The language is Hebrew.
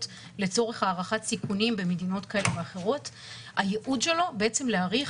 לצורך הערכת סיכונים במדינות כאלה ואחרות הוא להעריך